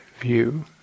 view